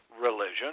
religion